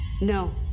No